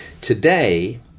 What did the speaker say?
Today